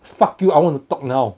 fuck you I want to talk now